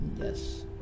Yes